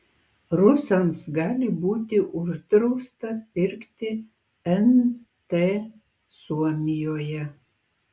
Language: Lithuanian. rusams gali būti uždrausta pirkti nt suomijoje